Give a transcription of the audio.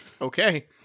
Okay